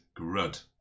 Grud